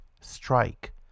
strike